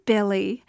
Billy